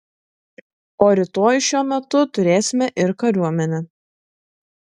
o rytoj šiuo metu turėsime ir kariuomenę